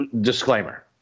disclaimer